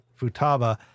Futaba